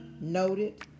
noted